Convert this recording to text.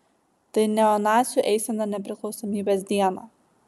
tai neonacių eisena nepriklausomybės dieną